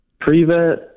Pre-vet